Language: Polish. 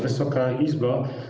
Wysoka Izbo!